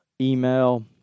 email